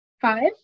Five